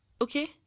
okay